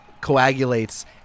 coagulates